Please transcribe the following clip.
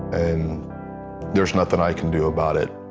and there's nothing i can do about it.